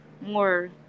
more